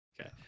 Okay